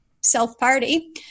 self-party